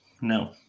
No